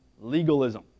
legalism